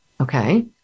okay